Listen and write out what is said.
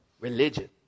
religion